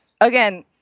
again